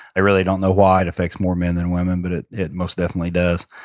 i really don't know why it affects more men than women, but it it most definitely does.